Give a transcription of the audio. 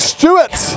Stewart